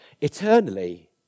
eternally